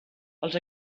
els